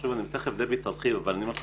שוב, תכף דבי תרחיב, אבל אני אומר לך